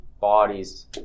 bodies